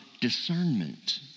discernment